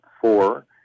four